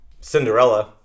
Cinderella